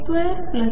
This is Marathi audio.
असेल